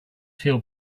feel